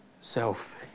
self